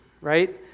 right